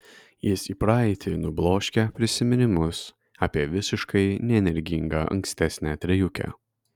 jis į praeitį nubloškia prisiminimus apie visiškai neenergingą ankstesnę trejukę